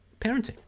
parenting